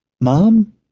Mom